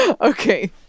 Okay